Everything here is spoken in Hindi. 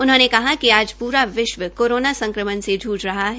उन्होंने कहा कि आज पूरा विश्व कोरोना संक्रमण से जूझ रहा है